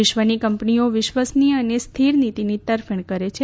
વિશ્વની કંપનીઓ વિશ્વસનીય અને સ્થિર નીતીની તરફેણ કરે છે